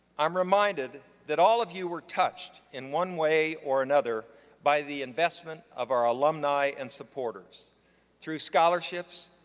i'm reminded that all of you were touched in one way or another by the investment of our alumni and supporters through scholarships,